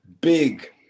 big